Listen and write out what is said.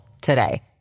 today